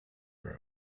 room